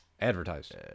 advertised